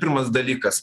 pirmas dalykas